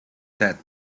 that